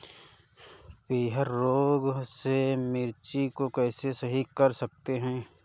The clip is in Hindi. पीहर रोग से मिर्ची को कैसे सही कर सकते हैं?